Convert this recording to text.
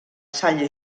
salle